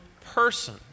person